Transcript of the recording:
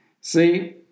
See